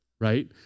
right